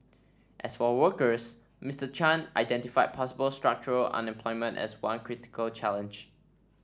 as for workers Mister Chan identified possible structural unemployment as one critical challenge